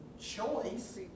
choice